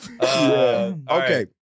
Okay